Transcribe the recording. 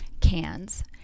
cans